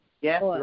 Yes